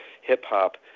hip-hop